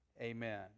Amen